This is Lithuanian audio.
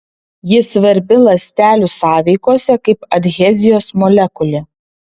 ji svarbi ląstelių sąveikose kaip adhezijos molekulė